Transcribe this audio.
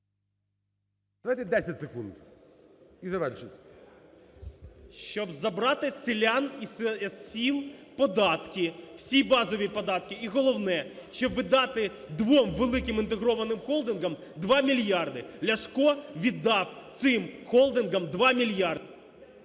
Давайте 10 секунд і завершіть. 11:37:03 ІВЧЕНКО В.Є. … щоб забрати з селян, з сіл податки, всі базові податки. І головне, щоб дати двом великим інтегрованим холдингам 2 мільярди. Ляшко віддав цим холдингам 2 мільярди…